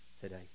today